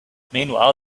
meanwhile